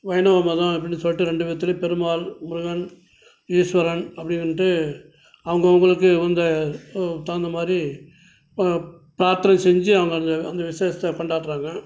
வைணவ மதம் அப்படின்னு சொல்லிட்டு ரெண்டு விதத்துலேயும் பெருமாள் முருகன் ஈஸ்வரன் அப்படின்னுட்டு அவங்க அவர்களுக்கு உகந்த உ தகுந்தமாதிரி பிரார்த்தனைய செஞ்சு அவங்க அந்த அந்த விசேஷத்தை கொண்டாடுறாங்க